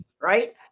right